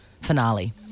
Finale